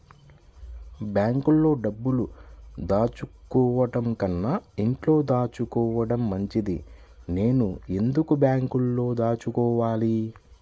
బ్యాంక్లో డబ్బులు దాచుకోవటంకన్నా ఇంట్లో దాచుకోవటం మంచిది నేను ఎందుకు బ్యాంక్లో దాచుకోవాలి?